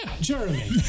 Jeremy